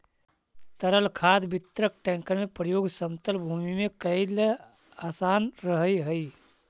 तरल खाद वितरक टेंकर के प्रयोग समतल भूमि में कऽरेला असान रहऽ हई